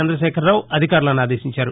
చంద్రశేఖర రావు అధికారులను ఆదేశించారు